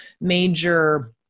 major